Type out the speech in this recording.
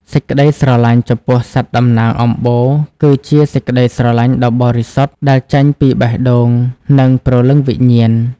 សេចក្តីស្រឡាញ់ចំពោះសត្វតំណាងអំបូរ គឺជាសេចក្តីស្រឡាញ់ដ៏បរិសុទ្ធដែលចេញពីបេះដូង និងព្រលឹងវិញ្ញាណ។